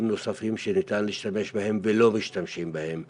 נוספים שניתן להשתמש בהם ולא משתמשים בהם היום.